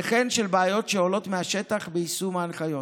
וכן לבעיות שעולות מהשטח ביישום ההנחיות.